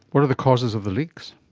what are the causes of the leaks?